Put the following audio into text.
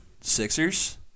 Sixers